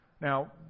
Now